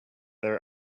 their